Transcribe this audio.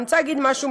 ואני רוצה להגיד משהו,